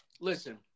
listen